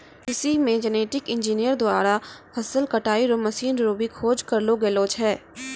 कृषि मे genetic engineer द्वारा फसल कटाई रो मशीन रो भी खोज करलो गेलो छै